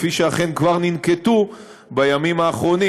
כפי שאכן כבר ננקטו בימים האחרונים.